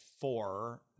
four